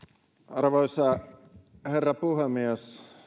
arvoisa herra puhemies